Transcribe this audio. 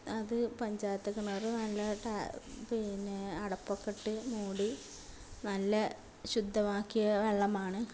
അത് പഞ്ചായത്ത് കിണർ നല്ല പിന്നെ അടപ്പൊക്കെ ഇട്ട് മൂടി നല്ല ശുദ്ധമാക്കിയ വെള്ളമാണ്